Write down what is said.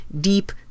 deep